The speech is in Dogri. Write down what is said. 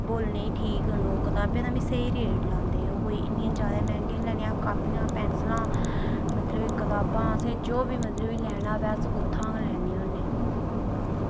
बोलने गी ठीक न ओह् कताबें दा बी स्हेई रेट लांदे ते ओह् कोई इन्नियां जादै मैह्ंगियां निं लैनियां कॉपियां पैंसलां मतलब की कताबां असें जो बी मतलब लैना होऐ अस उत्थां गै लैने होने